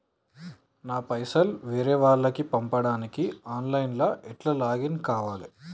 నా పైసల్ వేరే వాళ్లకి పంపడానికి ఆన్ లైన్ లా ఎట్ల లాగిన్ కావాలి?